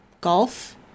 golf